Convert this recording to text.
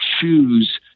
choose